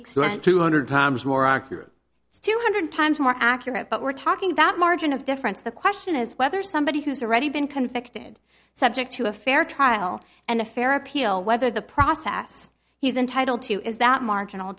accurate two hundred times more accurate but we're talking about margin of difference the question is whether somebody who's already been convicted subject to a fair trial and a fair appeal whether the process he's entitled to is that marginal